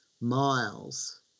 miles